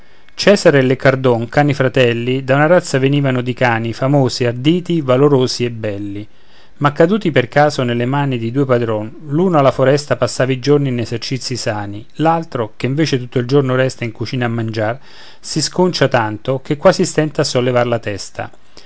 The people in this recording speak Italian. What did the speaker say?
cesare e leccardon cani fratelli da una razza venivano di cani famosi arditi valorosi e belli ma caduti per caso nelle mani di due padroni l'uno alla foresta passava i giorni in esercizi sani l'altro che invece tutto il giorno resta in cucina a mangiar si sconcia tanto che quasi stenta a sollevar la testa